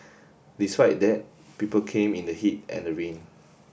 despite that people came in the heat and the rain